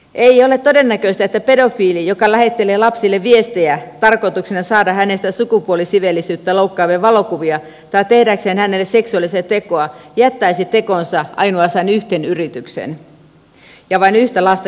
ei ole todennäköistä että pedofiili joka lähettelee lapsille viestejä tarkoituksena saada tästä sukupuolisiveellisyyttä loukkaavia valokuvia tai tehdäkseen hänelle seksuaalisia tekoja jättäisi tekonsa ainoastaan yhteen yritykseen ja vain yhtä lasta koskevaksi